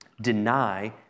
deny